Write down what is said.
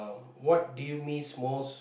what do you miss most